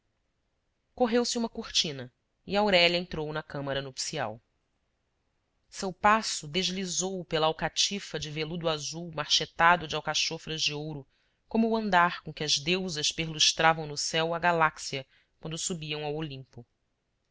correu se uma cortina e aurélia entrou na câmara nupcial seu passo deslizou pela alcatifa de veludo azul marchetado de alcachofras de ouro como o andar com que as deusas per lus travam no céu a galáxia quando subiam ao olimpo